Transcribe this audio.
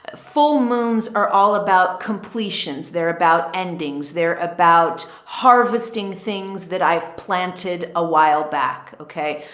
ah full moons are all about completions. they're about endings. they're about harvesting things that i've planted a while back. okay.